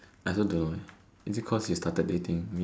I also don't know eh is it cause you started dating me